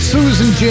Susan